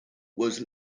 was